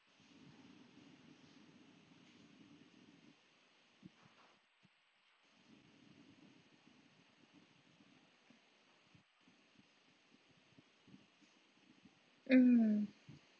mm